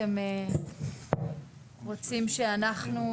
אתם רוצים שאנחנו,